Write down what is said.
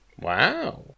Wow